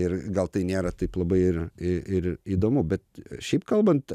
ir gal tai nėra taip labai ir ė ir įdomu bet šiaip kalbant